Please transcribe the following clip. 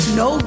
no